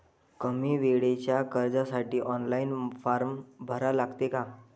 कमी वेळेच्या कर्जासाठी ऑनलाईन फारम भरा लागते का?